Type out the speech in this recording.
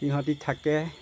সিহঁতি থাকে